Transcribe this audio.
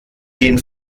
den